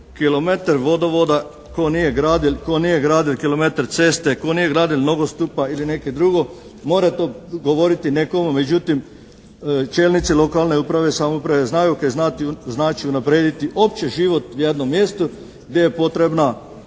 kilometar vodovoda ko nije gradil kilometar ceste, ko nije gradil nogustupa ili nekaj drugo more to govoriti nekomu, međutim čelnici lokalne uprave i samouprave znaju kaj znači unaprijediti uopće život jednom mjestu gdje je potrebna